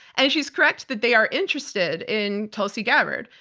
as she's correct that they are interested in tulsi gabbard.